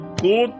good